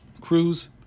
Cruz